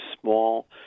small